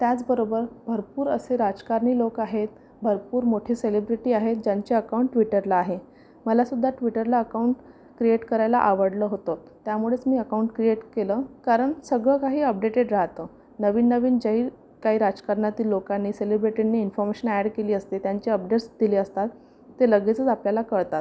त्याचबरोबर भरपूर असे राजकारणी लोक आहेत भरपूर मोठे सलिब्रेटी आहेत ज्यांचे अकाऊंट ट्विटरला आहे मलासुद्धा ट्विटरला अकाऊंट क्रिएट करायला आवडलं होतं त्यामुळेच मी अकाऊंट क्रिएट केलं कारण सगळं काही अपडेटेड राहतं नवीन नवीन जे येईल काही राजकारणातील लोकांनी सेलिब्रेटींनी इफॉमेशन अॅड केली असते त्यांचे अपडेट्स दिले असतात ते लगेचच आपल्याला कळतात